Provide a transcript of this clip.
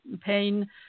pain